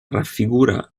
raffigura